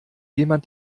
jemand